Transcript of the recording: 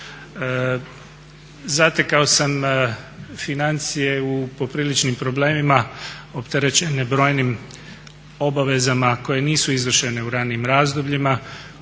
Zatekao sam financije u popriličnim problemima opterećene brojnim obavezama koje nisu izvršene u ranijim razdobljima,